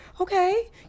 okay